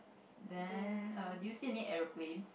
then err did you see any aeroplanes